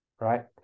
Right